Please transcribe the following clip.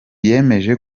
yemeje